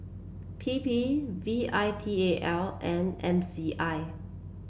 P P V I T A L and M C I